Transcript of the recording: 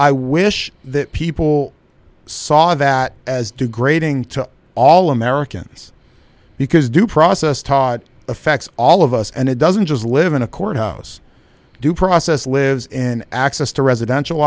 i wish that people saw that as degrading to all americans because due process taht affects all of us and it doesn't just live in a courthouse due process lives in access to residential